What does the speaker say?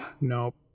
Nope